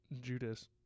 Judas